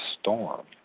storm